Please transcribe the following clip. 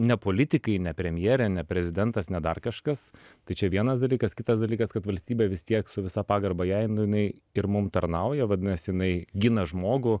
ne politikai ne premjerė ne prezidentas ne dar kažkas tai čia vienas dalykas kitas dalykas kad valstybė vis tiek su visa pagarba jai nu inai ir mum tarnauja vadinasi jinai gina žmogų